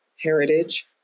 heritage